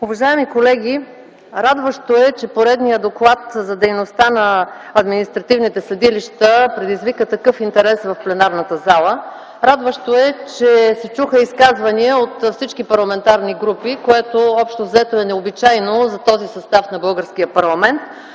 Уважаеми колеги, радващо е, че поредният доклад за дейността на административните съдилища предизвика такъв интерес в пленарната зала. Радващо е, че се чуха изказвания от всички парламентарни групи, което общо-взето е необичайно за този състав на българския парламент,